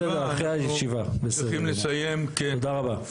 בסדר, אחרי הישיבה, תודה רבה.